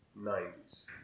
90s